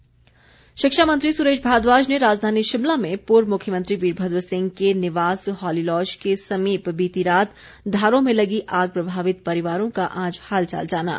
भारद्वाज शिक्षा मंत्री सुरेश भारद्वाज ने राजधानी शिमला में पूर्व मुख्यमंत्री वीरभद्र सिंह के निवास हॉलीलॉज के समीप बीती रात ढारों में लगी आग प्रभावित परिवारों का आज हालचाल जाना